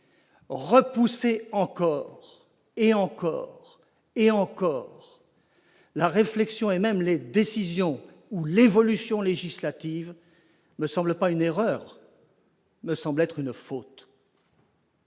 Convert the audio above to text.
Repousser encore et encore la réflexion, les décisions ou l'évolution législative me semble non pas une erreur, mais une faute.